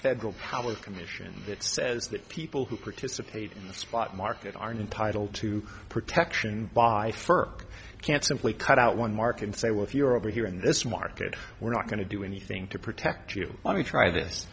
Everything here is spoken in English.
federal power commission that says that people who participate in the spot market aren't entitled to protection by ferg can't simply cut out one mark and say well if you're over here in this market we're not going to do anything to protect you let me try this